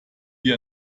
wie